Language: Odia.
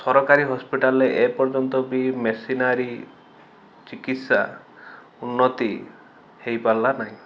ସରକାରୀ ହସ୍ପିଟାଲରେ ଏପର୍ଯ୍ୟନ୍ତ ବି ମେସିନାରୀ ଚିକିତ୍ସା ଉନ୍ନତି ହେଇପାରିଲା ନାହିଁ